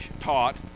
taught